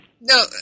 No